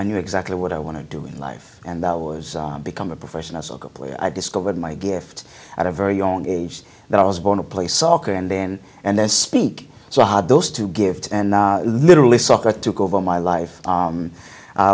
i knew exactly what i want to do in life and that was become a professional soccer player i discovered my gift at a very young age that i was born to play soccer and then and then speak so hard those two give and literally soccer took over my life